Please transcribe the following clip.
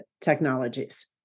technologies